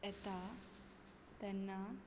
येता तेन्ना